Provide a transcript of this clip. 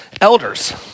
elders